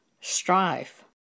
strife